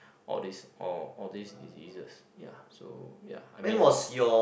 all these all all these diseases ya so ya I mean I'm